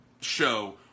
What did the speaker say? show